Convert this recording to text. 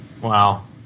Wow